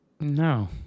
No